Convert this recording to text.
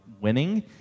winning